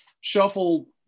shuffle